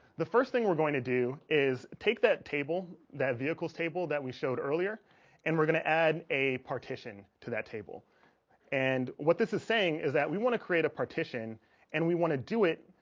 the first thing we're going to do is take that table that vehicle's table that we showed earlier and we're gonna add a partition to that table and what this is saying is that we want to create a partition and we want to do it?